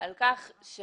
על כך.